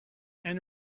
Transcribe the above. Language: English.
and